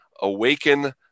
awaken